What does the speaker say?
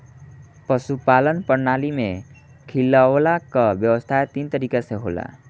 पशुपालन प्रणाली में खियवला कअ व्यवस्था तीन तरीके से होला